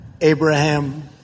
Abraham